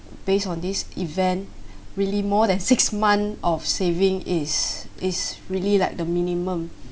based on this event really more than six months of saving is is really like the minimum